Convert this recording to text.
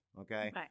okay